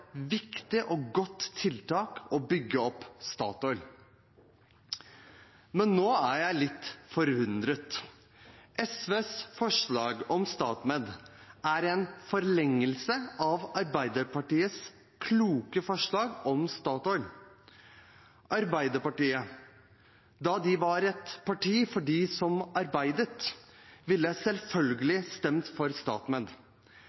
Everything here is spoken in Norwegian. viktig og godt tiltak å bygge opp Statoil. Men nå er jeg litt forundret. SVs forslag om StatMed er en forlengelse av Arbeidspartiets kloke forslag om Statoil. Arbeiderpartiet, da de var et parti for dem som arbeidet, ville